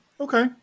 Okay